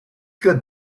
good